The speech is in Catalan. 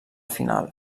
final